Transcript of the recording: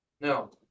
no